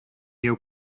new